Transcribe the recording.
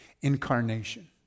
incarnation